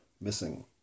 missing